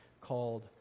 called